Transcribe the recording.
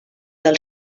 del